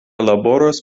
laboros